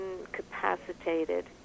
incapacitated